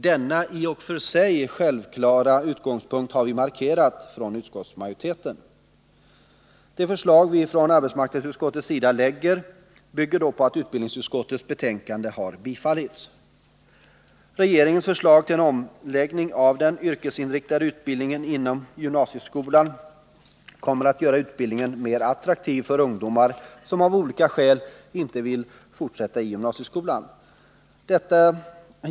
Denna i och för sig självklara utgångspunkt har vi från utskottsmajoriteten markerat. Det förslag som vi ifrån arbetsmarknadsutskottet lägger fram bygger på att utbildningsutskottets betänkande har bifallits. Regeringens förslag till en omläggning av den yrkesinriktade utbildningen inom gymnasieskolan syftar till att göra utbildningen mer attraktiv för ungdomar, som av olika skäl inte vill fortsätta i gymnasieskolan.